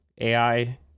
ai